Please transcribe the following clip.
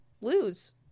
lose